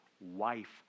wife